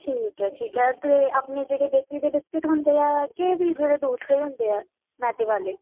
ਠੀਕ ਹੈ ਠੀਕ ਹੈ ਅਤੇ ਆਪਣੇ ਜਿਹੜੇ ਬੇਕਰੀ ਦੇ ਬਿਸਕੁਟ ਹੁੰਦੇ ਆ ਕਿ ਵੀ ਜਿਹੜੇ ਦੂਸਰੇ ਹੁੰਦੇ ਆ ਮੈਦੇ ਵਾਲੇ